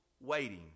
waiting